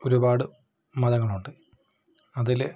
ഒരുപാട് മതങ്ങളുണ്ട് അതില്